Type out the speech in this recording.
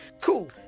Cool